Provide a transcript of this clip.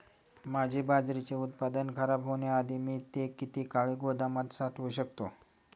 माझे बाजरीचे उत्पादन खराब होण्याआधी मी ते किती काळ गोदामात साठवू शकतो?